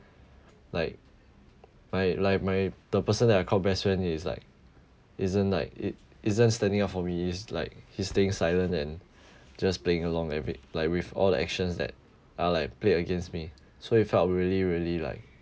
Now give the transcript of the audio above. like my like my the person that I called best friend is like isn't like it isn't standing up for me he's like he's staying silent and just playing along with it like with all the actions that are like played against me so it felt really really like